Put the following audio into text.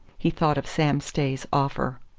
he thought of sam stay's offer.